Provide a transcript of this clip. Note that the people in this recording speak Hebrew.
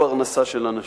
הפרנסה של אנשים.